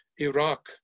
Iraq